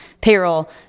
payroll